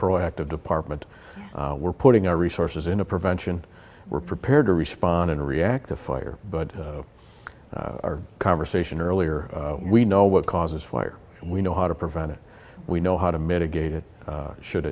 proactive department we're putting our resources in a prevention we're prepared to respond and react the fire but our conversation earlier we know what causes fire we know how to prevent it we know how to mitigate it should